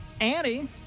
Annie